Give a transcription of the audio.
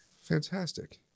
Fantastic